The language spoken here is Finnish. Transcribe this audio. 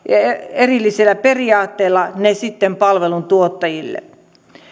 erillisellä periaatteella ne sitten palveluntuottajille